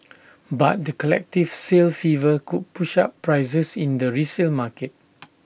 but the collective sale fever could push up prices in the resale market